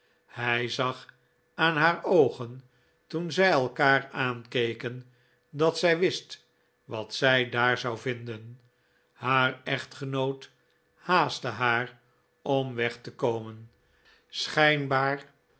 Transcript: hij zag aan haar oogen toen zij elkaar aankeken dat zij wist wat zij daar zou vinden haar echtgenoot haastte haar om weg te komen